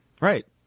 Right